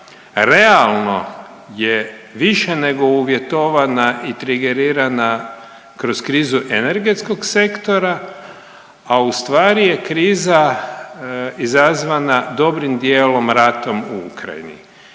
realno je više nego uvjetovana i trigerirana kroz krizu energetskog sektora, a u stvari je kriza izazvana dobrim dijelom ratom u Ukrajini